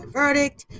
verdict